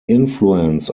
influence